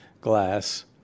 glass